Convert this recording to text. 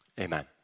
Amen